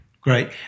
Great